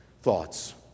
thoughts